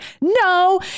No